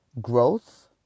growth